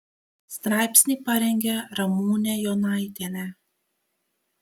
straipsnį parengė ramūnė jonaitienė